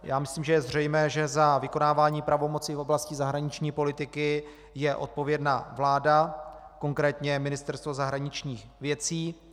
Já myslím, že je zřejmé, že za vykonávání pravomocí v oblasti zahraniční politiky je odpovědná vláda, konkrétně Ministerstvo zahraničních věcí.